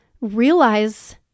Realize